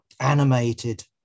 animated